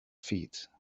feet